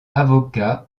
avocat